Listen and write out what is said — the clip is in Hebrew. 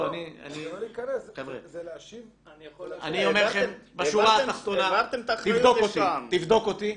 אני אומר לך, תבדוק אותי.